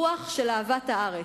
רוח של אהבת הארץ,